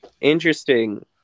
interesting